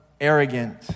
arrogant